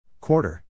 Quarter